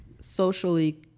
socially